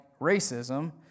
racism